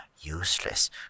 useless